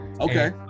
Okay